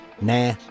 Nah